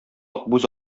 акбүз